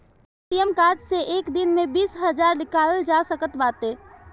ATM card से एक दिन में बीस हजार निकालल जा सकत बाटे